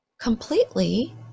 completely